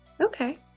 okay